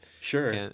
Sure